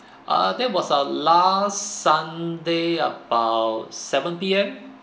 uh that was uh last sunday about seven P_M